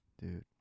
dude